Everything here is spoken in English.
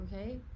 okay